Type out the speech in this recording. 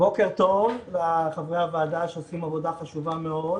בוקר טוב לחברי הוועדה, שעושים עבודה חשובה מאוד.